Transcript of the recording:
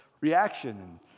reaction